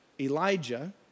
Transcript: Elijah